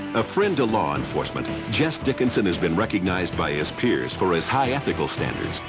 a friend to law enforcement, jess dickinson has been recognised by his peers for his high ethical standards.